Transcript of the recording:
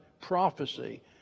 prophecy